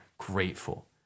Grateful